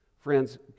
Friends